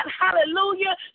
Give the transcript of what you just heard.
hallelujah